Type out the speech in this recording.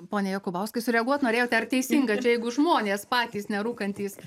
pone jakubauskai sureaguot norėjote ar teisinga čia jeigu žmonės patys nerūkantys